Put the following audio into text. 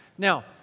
Now